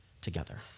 together